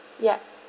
yup